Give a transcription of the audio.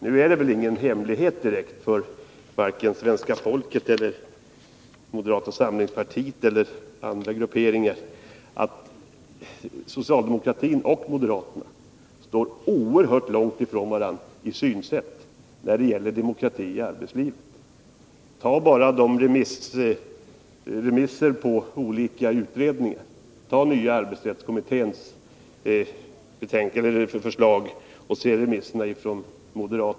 Nu är det väl inte direkt någon hemlighet, vare sig för svenska folket eller för moderata samlingspartiet eller andra grupperingar, att socialdemokratin och moderata samlingspartiet står oerhört långt ifrån varandra i synen på demokrati i arbetslivet. Ta bara moderata samlingspartiets remissvar på nya arbetsrättskommitténs förslag!